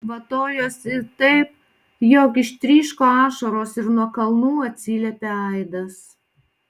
kvatojosi taip jog ištryško ašaros ir nuo kalnų atsiliepė aidas